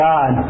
God